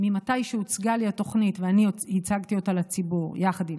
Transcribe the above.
ממתי שהוצגה לי התוכנית ואני הצגתי אותה לציבור יחד עם